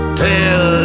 till